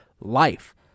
life